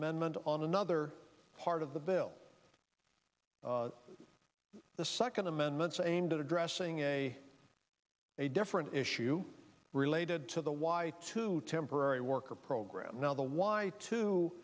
amendment on another part of the bill the second amendments aimed at addressing a a different issue related to the why two temporary worker program now the why two